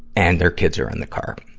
and their kids are in the car.